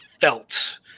felt